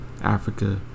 africa